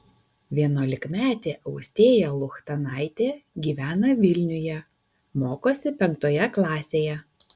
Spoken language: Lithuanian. vienuolikmetė austėja luchtanaitė gyvena vilniuje mokosi penktoje klasėje